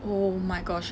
oh my gosh